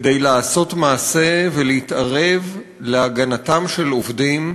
כדי לעשות מעשה ולהתערב להגנת עובדים,